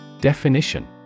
Definition